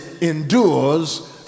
endures